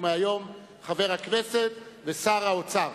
ומהיום חבר הכנסת ושר האוצר.